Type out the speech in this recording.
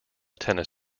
tennis